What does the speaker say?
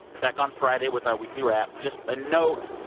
back on friday with our weekly wrap. just a note,